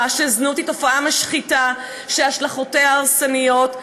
שזנות היא תופעה משחיתה שהשלכותיה הרסניות,